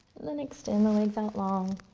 then extend the legs out long.